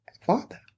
father